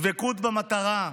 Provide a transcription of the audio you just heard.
דבקות במטרה,